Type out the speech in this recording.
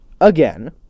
again